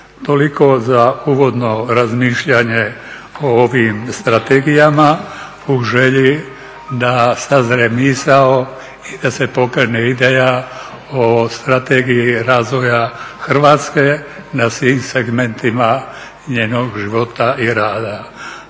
Toliko za uvodno razmišljanje o ovim strategijama u želji da sazre misao i da se pokrene ideja o strategiji razvoja Hrvatske na svim segmentima njenog života i rada.